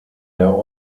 der